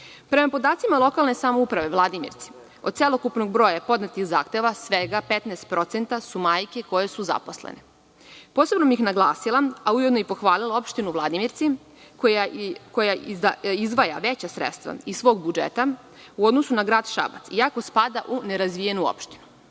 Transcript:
podacima lokalne samouprave Vladimirci, od celokupnog broja podnetih zahteva, svega 15% su majke koje su zaposlene. Posebno bih naglasila, a ujedno pohvalila opštinu Vladimirci, koja izdvaja veća sredstva iz svog budžeta u odnosu na grad Šabac, iako spada u nerazvijenu